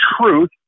truth